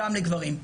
גם לגברים.